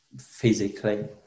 physically